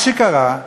מה שקרה,